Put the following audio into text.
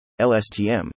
LSTM